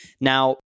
Now